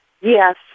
Yes